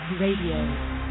RADIO